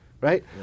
right